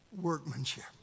workmanship